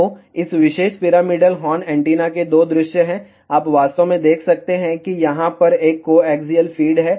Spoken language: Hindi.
तो इस विशेष पिरामिडल हॉर्न एंटीना के दो दृश्य हैं आप वास्तव में देख सकते हैं कि यहां पर एक कोएक्सिअल फ़ीड है